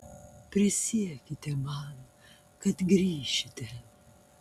prisiekite man kad grįšite